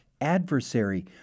adversary